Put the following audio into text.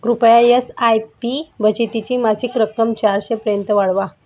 कृपया S I P बचतीची मासिक रक्कम चारशे पर्यंत वाढवा